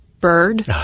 bird